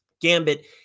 Gambit